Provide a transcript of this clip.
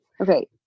Okay